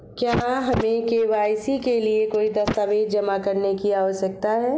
क्या हमें के.वाई.सी के लिए कोई दस्तावेज़ जमा करने की आवश्यकता है?